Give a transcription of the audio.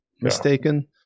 mistaken